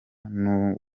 n’uwo